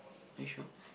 are you sure